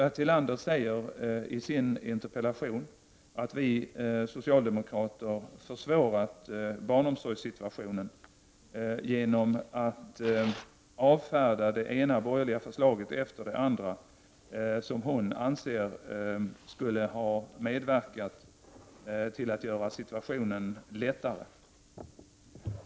Ulla Tillander säger i sin interpellation att vi socialdemokrater försvårat barnomsorgssituationen genom att avfärda det ena borgerliga förslaget efter det andra som hon anser skulle ha medverkat till att göra situationen lättare.